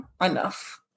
enough